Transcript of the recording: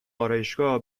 آرایشگاه